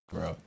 Bro